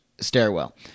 stairwell